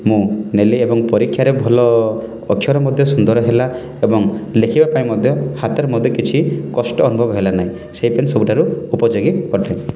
ମୁଁ ନେଲି ଏବଂ ପରୀକ୍ଷାରେ ଭଲ ଅକ୍ଷର ମଧ୍ୟ ସୁନ୍ଦର ହେଲା ଏବଂ ଲେଖିବା ପାଇଁ ମଧ୍ୟ ହାତରେ ମଧ୍ୟ କିଛି କଷ୍ଟ ଅନୁଭବ ହେଲା ନାହିଁ ସେ ପେନ୍ ସବୁଠାରୁ ଉପଯୋଗୀ ଅଟେ